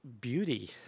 beauty